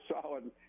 solid